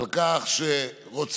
על כך שרוצים